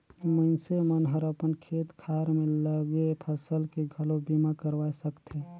मइनसे मन हर अपन खेत खार में लगे फसल के घलो बीमा करवाये सकथे